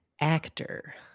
actor